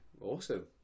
Awesome